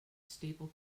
staple